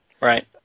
Right